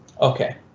Okay